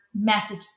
message